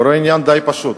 קורה עניין די פשוט,